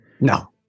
no